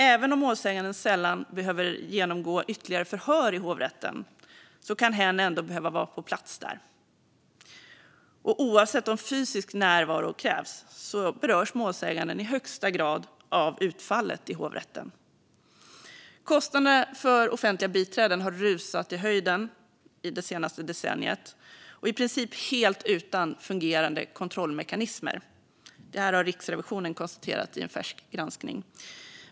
Även om målsäganden sällan behöver genomgå ytterligare förhör i hovrätten kan hen ändå behöva vara på plats där, och oavsett om fysisk närvaro krävs berörs målsäganden i högsta grad av utfallet i hovrätten. Kostnaderna för offentliga biträden har rusat i höjden det senaste decenniet, i princip helt utan fungerande kontrollmekanismer. Det här konstaterar Riksrevisionen i en färsk granskning.